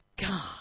God